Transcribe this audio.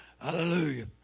Hallelujah